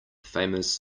famous